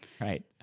Right